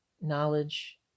knowledge